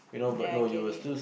ya I get it